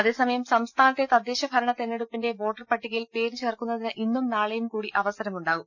അതേസമയം സംസ്ഥാനത്തെ തദ്ദേശ ഭരണ തെരഞ്ഞെടുപ്പിന്റെ വോട്ടർ പട്ടികയിൽ പേര് ചേർക്കുന്നതിന് ഇന്നും നാളെയും കൂടി അവസരം ഉണ്ടാകും